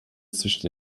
zwischen